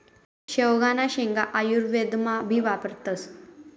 शेवगांना शेंगा आयुर्वेदमा भी वापरतस